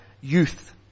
youth